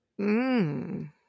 Mmm